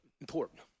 important